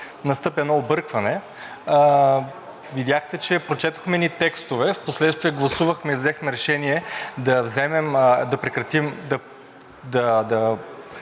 настъпи едно объркване. Видяхте, че прочетохме едни текстове, а впоследствие гласувахме и взехме решение да започнем